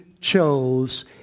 chose